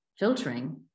filtering